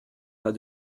pas